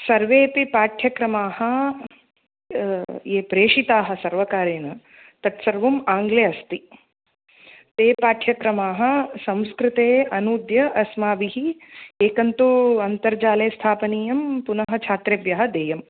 सर्वेपि पाठ्यक्रमाः ये प्रेषिताः सर्वकारेण तत् सर्वम् आङ्ग्ले अस्ति ते पाठ्यक्रमाः संस्कृते अनूद्य अस्माभिः एकं तु अन्तर्जाले स्थापनीयं पुनः छात्रेभ्यः देयम्